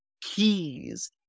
keys